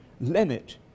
limit